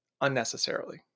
unnecessarily